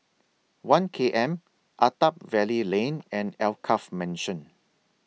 one K M Attap Valley Lane and Alkaff Mansion